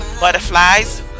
Butterflies